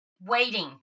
waiting